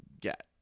get